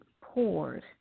poured